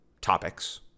topics